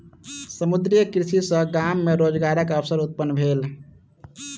समुद्रीय कृषि सॅ गाम मे रोजगारक अवसर उत्पन्न भेल